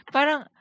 Parang